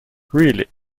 really